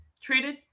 treated